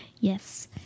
Yes